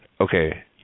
okay